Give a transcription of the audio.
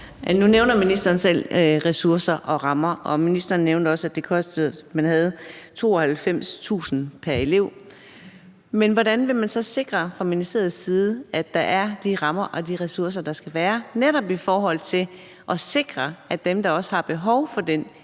Nu nævner ministeren selv ressourcer og rammer, og ministeren nævnte også, at det kostede 92.000 kr. pr. elev. Men hvordan vil man så sikre fra ministeriets side, at der er de rammer og de ressourcer, der skal være, netop for at sikre, at dem, der har behov for den